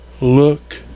look